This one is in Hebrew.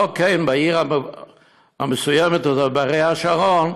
לא כן בעיר המסוימת הזאת בערי השרון,